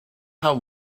how